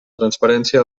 transparència